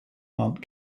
aunt